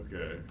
Okay